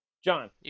John